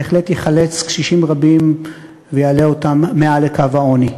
בהחלט יחלץ קשישים רבים ויעלה אותם מעל קו העוני.